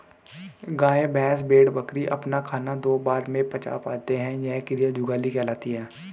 गाय, भैंस, भेड़, बकरी अपना खाना दो बार में पचा पाते हैं यह क्रिया जुगाली कहलाती है